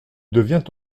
devient